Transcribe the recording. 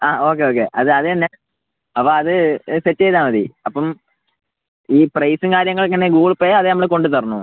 ആ okay okay അത് അത് തന്നെ അപ്പോൾ അത് സെറ്റ് ചെയ്താൽ മതി അപ്പം ഈ പ്രൈസും കാര്യങ്ങൾ എങ്ങനെ ഗൂഗിൾ പേ അതോ നമ്മൾ കൊണ്ടുതരണോ